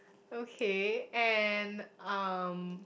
okay and um